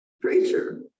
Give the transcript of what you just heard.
preacher